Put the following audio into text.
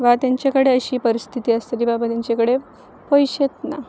वा तेंचे कडेन अशी परिस्थिती आसतली बाबा तेंचे कडेन पयशेच ना